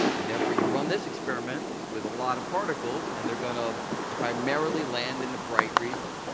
and therefore you run this experiment with a lot of particles, and they're going to primarily land in the bright regions.